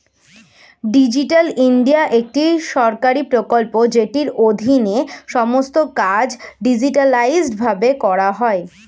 digital India একটি সরকারি প্রকল্প যেটির অধীনে সমস্ত কাজ ডিজিটালাইসড ভাবে করা হয়